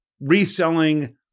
reselling